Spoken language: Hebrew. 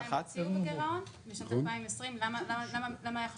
אתה יודע על מה הם הוציאו בגירעון, בשנת 2020?